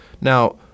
Now